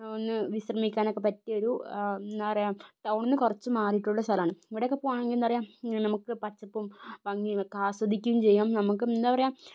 ഒന്ന് വിശ്രമിക്കാൻ ഒക്കെ പറ്റിയ ഒരു എന്താ പറയുക ടൗണിൽ നിന്ന് കുറച്ച് മാറിയിട്ടുള്ള സ്ഥലമാണ് അവിടെയൊക്കെ പോകണമെങ്കില് എന്താ പറയുക നമുക്ക് പച്ചപ്പും ഭംഗിയും ഒക്കെ ആസ്വദിക്കയും ചെയ്യാം നമുക്ക് എന്താ പറയുക